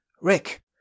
Rick